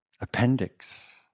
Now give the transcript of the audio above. appendix